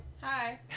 Hi